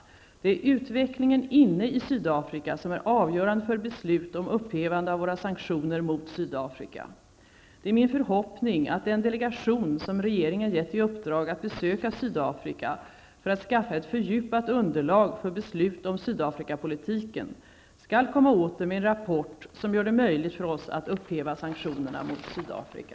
Det är utvecklingen inne i Sydafrika som är avgörande för beslut om upphävande av våra sanktioner mot Sydafrika. Det är min förhoppning att den delegation som regeringen gett i uppdrag att besöka Sydafrika för att skaffa ett fördjupat underlag för beslut om Sydafrikapolitiken skall komma åter med en rapport som gör det möjligt för oss att upphäva sanktionerna mot Sydafrika.